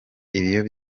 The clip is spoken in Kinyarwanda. iyo